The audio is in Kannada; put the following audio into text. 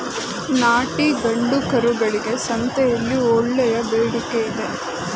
ನಾಟಿ ಗಂಡು ಕರುಗಳಿಗೆ ಸಂತೆಯಲ್ಲಿ ಒಳ್ಳೆಯ ಬೇಡಿಕೆಯಿದೆ